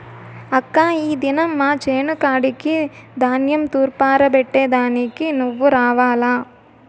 అక్కా ఈ దినం మా చేను కాడికి ధాన్యం తూర్పారబట్టే దానికి నువ్వు రావాల్ల